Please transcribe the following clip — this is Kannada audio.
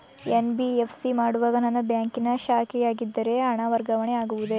ಎನ್.ಬಿ.ಎಫ್.ಸಿ ಮಾಡುವಾಗ ನನ್ನ ಬ್ಯಾಂಕಿನ ಶಾಖೆಯಾಗಿದ್ದರೆ ಹಣ ವರ್ಗಾವಣೆ ಆಗುವುದೇ?